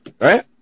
Right